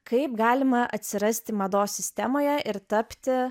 kaip galima atsirasti mados sistemoje ir tapti